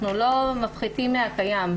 אנחנו לא מפחיתים מן הקיים.